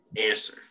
Answer